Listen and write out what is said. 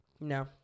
No